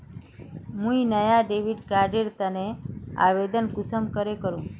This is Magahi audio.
मुई नया डेबिट कार्ड एर तने आवेदन कुंसम करे करूम?